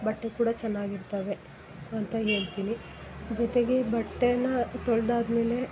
ಬಟ್ಟೆ ಕೂಡ ಚೆನ್ನಾಗಿರ್ತವೆ ಅಂತ ಹೇಳ್ತೀನಿ ಜೊತೆಗೆ ಬಟ್ಟೆನ ತೊಳ್ದಾದ ಮೇಲೆ